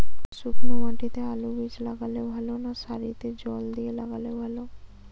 শুক্নো মাটিতে আলুবীজ লাগালে ভালো না সারিতে জল দিয়ে লাগালে ভালো?